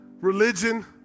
religion